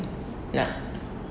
nak